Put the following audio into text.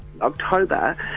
October